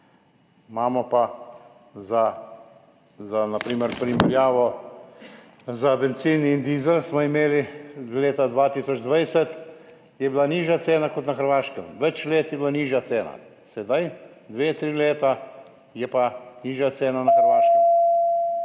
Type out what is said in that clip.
Imamo pa na primer primerjavo bencina in dizla, leta 2020 je bila nižja cena kot na Hrvaškem, več let je bila nižja cena, sedaj, dve, tri leta, je pa nižja cena na Hrvaškem.